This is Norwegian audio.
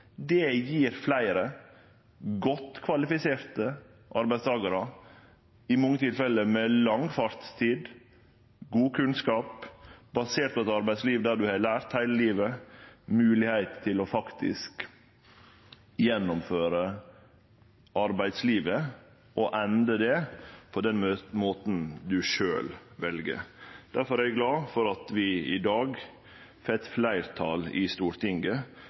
Det gjev fleire godt kvalifiserte arbeidstakarar, i mange tilfelle med lang fartstid, god kunnskap basert på eit arbeidsliv der ein har lært heile livet, moglegheit til faktisk å gjennomføre arbeidslivet og ende det på den måten ein sjølv vel. Difor er eg glad for at vi i dag får eit fleirtal i Stortinget